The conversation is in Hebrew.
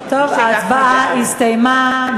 ההצבעה הסתיימה.